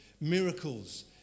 miracles